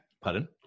Pardon